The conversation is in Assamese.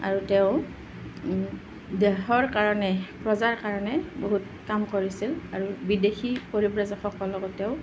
আৰু তেওঁ দেশৰ কাৰণে প্ৰজাৰ কাৰণে বহুত কাম কৰিছিল আৰু বিদেশী পৰিব্ৰাজকসকলৰ লগত তেওঁ